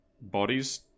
bodies